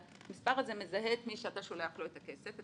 והמספר הזה מזהה את מי שאתה שולח לו את הכסף.